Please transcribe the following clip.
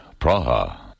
Praha